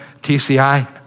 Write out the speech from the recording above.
TCI